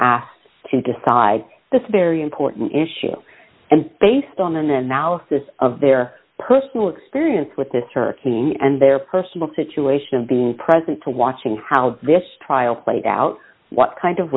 asked to decide this very important issue and based on and then malice this of their personal experience with this hurting and their personal situation being present to watching how this trial played out what kind of